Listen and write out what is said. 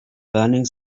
burning